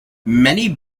many